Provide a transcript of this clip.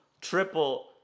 triple